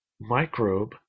microbe